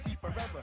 forever